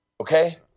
Okay